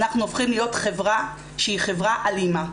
אנחנו הופכים להיות חברה שהיא חברה אלימה'.